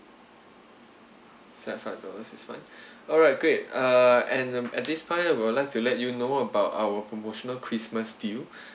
flat five dollars is fine all right great uh and at this point I will like to let you know about our promotional christmas deal